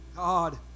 God